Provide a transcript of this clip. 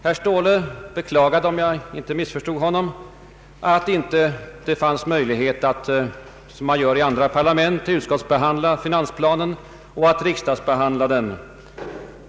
Han beklagade, om jag inte missförstod honom, att det inte fanns möjlighet att som i andra parlament utskottsbehandla finansplanen och därefter riksdagsbehandla den.